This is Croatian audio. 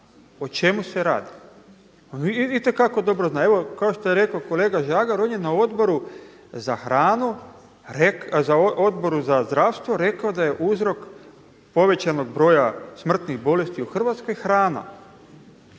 o čemu se rad, on itekako dobro zna. Evo kao što je rekao kolega Žagar, on je na Odboru za zdravstvo rekao da je uzrok povećanog broja smrtnih bolesti u Hrvatskoj hrana.